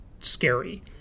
scary